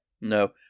No